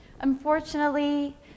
Unfortunately